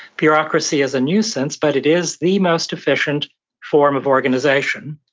bureaucracy is a nuisance, but it is the most efficient form of organization.